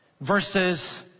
versus